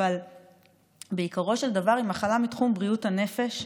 אבל בעיקרו של דבר היא מחלה מתחום בריאות הנפש.